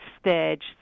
stage